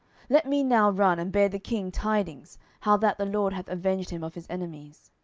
let me now run, and bear the king tidings, how that the lord hath avenged him of his enemies.